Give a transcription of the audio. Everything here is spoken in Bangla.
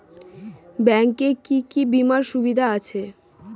ব্যাংক এ কি কী বীমার সুবিধা আছে?